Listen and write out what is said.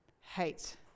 hate